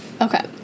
Okay